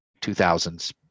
2000s